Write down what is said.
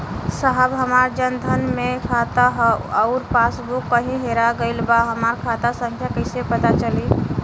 साहब हमार जन धन मे खाता ह अउर पास बुक कहीं हेरा गईल बा हमार खाता संख्या कईसे पता चली?